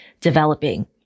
developing